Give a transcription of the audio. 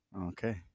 Okay